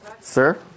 sir